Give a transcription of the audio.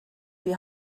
die